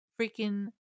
freaking